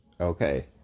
Okay